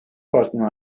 partiden